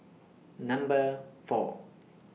Number four